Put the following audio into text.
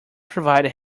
provide